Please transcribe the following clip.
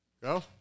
Go